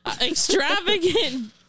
extravagant